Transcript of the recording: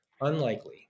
Unlikely